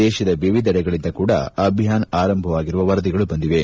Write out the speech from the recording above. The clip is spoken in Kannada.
ದೇಶದ ವಿವಿಧಡೆಗಳಿಂದ ಕೂಡ ಅಭಿಯಾನ ಆರಂಭವಾಗಿರುವ ವರದಿಗಳು ಬಂದಿವೆ